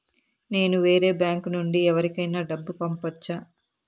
నేను వేరే బ్యాంకు నుండి ఎవరికైనా డబ్బు పంపొచ్చా?